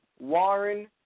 Warren